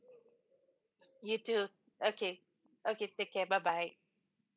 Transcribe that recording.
you too okay okay take care bye bye